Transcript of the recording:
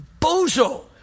bozo